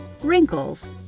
wrinkles